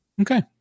okay